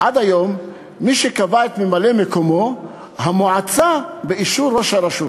עד היום מי שקבע את ממלא-מקומו היה המועצה באישור ראש הרשות.